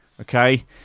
Okay